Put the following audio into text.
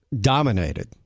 dominated